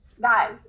guys